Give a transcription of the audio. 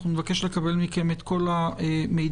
נבקש לקבל מכם את כל המידע.